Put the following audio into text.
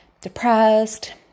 depressed